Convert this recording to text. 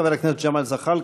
חבר הכנסת ג'מאל זחאלקה,